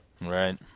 Right